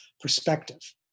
perspective